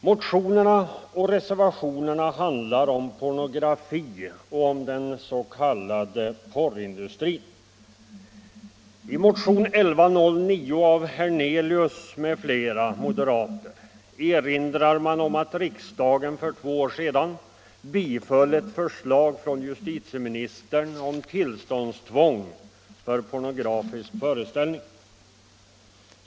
Motionerna och reservationerna handlar om pornografi och den s.k. porrindustrin. I motionen 1109 av herr Hernelius m.fl. moderater erinrar man om att riksdagen för två år sedan biföll ett förslag från justitieministern om tillståndstvång för pornografisk föreställning.